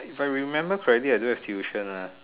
if I remember correctly I don't have tuition lah